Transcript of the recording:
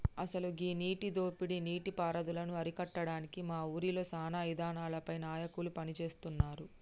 అసలు గీ నీటి దోపిడీ నీటి పారుదలను అరికట్టడానికి మా ఊరిలో సానా ఇదానాలపై నాయకులు పని సేస్తున్నారు